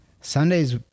Sundays